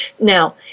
Now